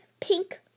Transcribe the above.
pink